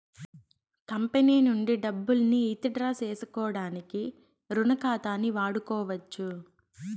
company నుంచి డబ్బుల్ని withdraw సేసుకోడానికి రుణ ఖాతాని వాడుకోవచ్చు